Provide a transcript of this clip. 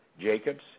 Jacobs